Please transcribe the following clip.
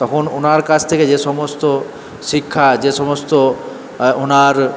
তখন ওনার কাছ থেকে যে সমস্ত শিক্ষা যে সমস্ত ওনার